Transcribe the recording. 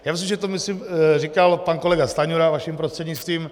Já myslím, že to myslím říkal pan kolega Stanjura vaším prostřednictvím.